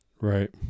Right